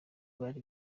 bari